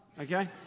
okay